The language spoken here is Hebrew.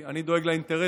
אף מועצה לא מעניינת אותי,